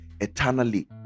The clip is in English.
eternally